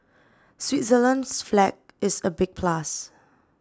Switzerland's flag is a big plus